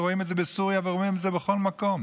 ורואים את זה בסוריה ורואים את זה בכל מקום.